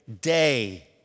day